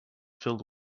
filled